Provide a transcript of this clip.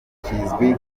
kizwi